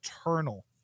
eternal